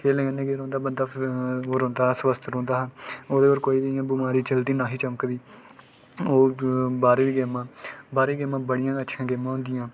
खेलने कन्नै केह् होंदा की बंदा ओह् रौंह्दा स्वस्थ रौंह्दा ओह्दे पर कोई बी बमारी नेईं चलदी नां ही चमकदी होर बाह्रै दियां गेम्मां बाह्रै दियां गेम्मां बड़ियां गै अच्छियां गेम्मां होंदियां